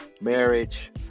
marriage